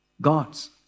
God's